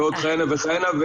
ועוד כהנה וכהנה.